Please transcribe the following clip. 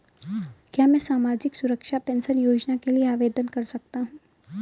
क्या मैं सामाजिक सुरक्षा पेंशन योजना के लिए आवेदन कर सकता हूँ?